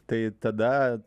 tai tada